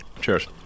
Cheers